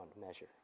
measure